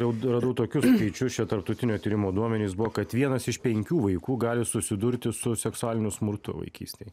rau rū tokiu skaičius šio tarptautinio tyrimo duomenys buvo kad vienas iš penkių vaikų gali susidurti su seksualiniu smurtu vaikystėj